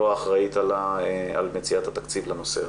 האחראית על מציאת התקציב לנושא הזה.